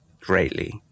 greatly